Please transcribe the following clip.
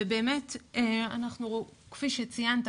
ובאמת כפי שציינת,